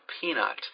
peanut